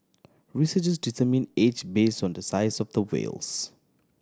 researchers determine age based on the size of the whales